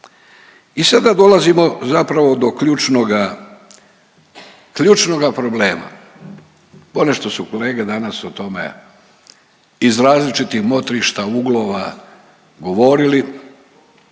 I sada dolazimo zapravo do ključnoga, ključnoga problema. Ponešto su kolege danas o tome iz različitih motrišta, uglova govorili.